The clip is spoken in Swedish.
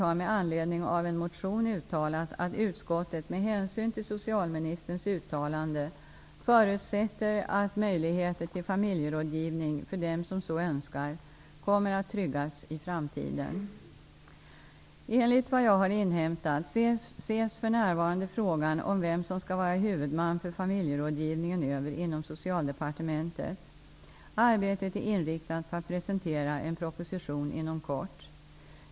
1992/93:LU22) har med anledning av en motion uttalat att utskottet med hänsyn till socialministerns uttalande förutsätter att möjligheter till familjerådgivning för dem som så önskar kommer att tryggas i framtiden. Enligt vad jag har inhämtat ses för närvarande frågan om vem som skall vara huvudman för familjerådgivningen över inom Socialdepartementet. Arbetet är inriktat på att presentera en proposition inom kort.